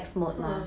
ah